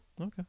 okay